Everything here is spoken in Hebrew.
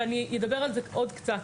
ואני אדבר על זה עוד קצת.